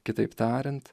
kitaip tariant